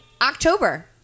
October